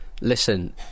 Listen